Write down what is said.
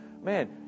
Man